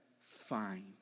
Fine